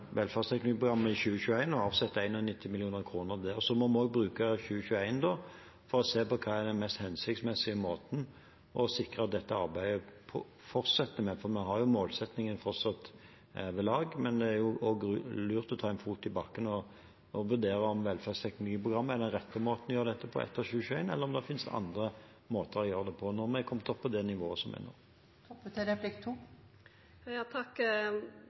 Velferdsteknologiprogrammet i 2021, og avsetter 91 mill. kr til det. Vi må også bruke 2021 for å se på hva som er den mest hensiktsmessige måten å sikre dette arbeidet på. Fortsatt har vi en målsetting som står ved lag, men det er også lurt å sette en fot i bakken og vurdere om Velferdsteknologiprogrammet er den rette måten å gjøre dette på etter 2021, eller om det finnes andre måter å gjøre det på når vi har kommet opp på det nivået som vi er nå.